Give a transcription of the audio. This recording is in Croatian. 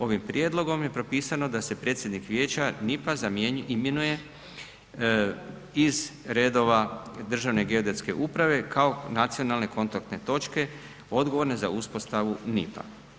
Ovim prijedlogom je propisano da se predsjednik vijeća NIP-a imenuje iz redova Državne geodetske uprave kao nacionalne kontaktne točke odgovorne za uspostavu NIP-a.